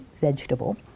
vegetable